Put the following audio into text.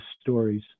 stories